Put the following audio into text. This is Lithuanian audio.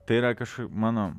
tai yra kažkoks mano